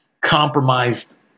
compromised